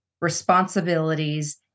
responsibilities